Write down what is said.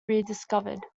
rediscovered